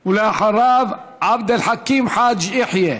אחריו, עבד אל חכים חאג' יחיא.